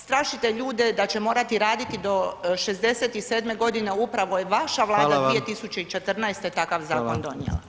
Strašite ljude da će morati raditi do 67 godine, upravo je vaša vlada 2014 [[Upadica: Hvala vam.]] takav zakon donijela.